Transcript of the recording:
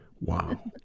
Wow